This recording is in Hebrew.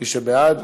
מי שבעד,